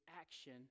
action